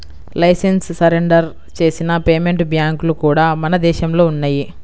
licence surrender చేసిన payment బ్యాంక్లు కూడా మన దేశంలో ఉన్నయ్యి